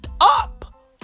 up